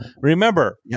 remember